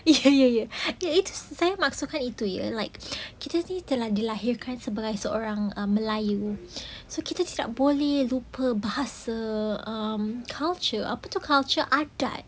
ya ya it's maksudkan like kita kita dilahirkan sebagai seorang um melayu so kita tidak boleh lupa bahasa um culture itu culture adab